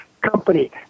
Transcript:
company